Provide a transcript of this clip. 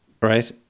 right